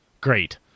Great